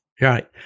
Right